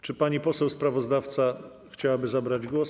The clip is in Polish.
Czy pani poseł sprawozdawca chciałaby zabrać głos?